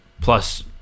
Plus